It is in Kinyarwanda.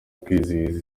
kwizihiza